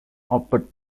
output